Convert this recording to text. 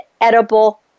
edible